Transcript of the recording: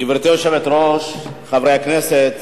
גברתי היושבת-ראש, חברי הכנסת,